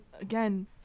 again